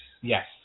Yes